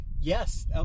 Yes